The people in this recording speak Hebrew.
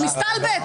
אתה מסתלבט?